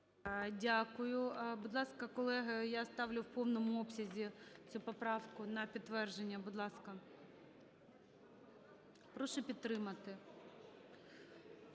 Дякую. Будь ласка, колеги, я ставлю в повному обсязі цю поправку на підтвердження. Будь ласка. Прошу підтримати.